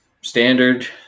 standard